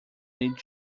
need